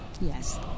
Yes